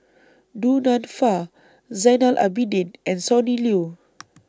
Du Nanfa Zainal Abidin and Sonny Liew